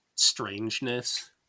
Strangeness